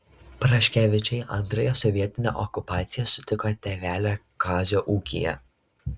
praškevičiai antrąją sovietinę okupaciją sutiko tėvelio kazio ūkyje